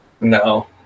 No